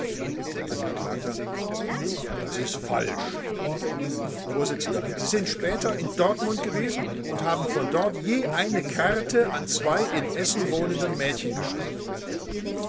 angekl das ist falsch vors sie sind später in dortmund gewesen und haben von dort je eine karte an zwei in essen wohnende mädchen geschickt